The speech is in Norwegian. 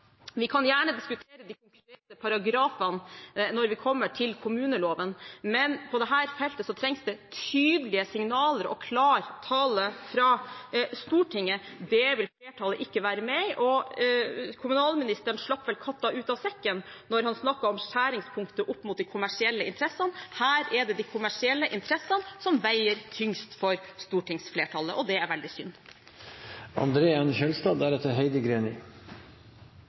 Vi kan gjerne diskutere de konkrete paragrafene når vi kommer til kommuneloven, men på dette feltet trengs det tydelige signaler og klar tale fra Stortinget. Det vil flertallet ikke være med på, og kommunalministeren slapp vel katta ut av sekken da han snakket om skjæringspunktet mot de kommersielle interessene. Her er det de kommersielle interessene som veier tyngst for stortingsflertallet, og det er veldig